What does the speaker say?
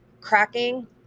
cracking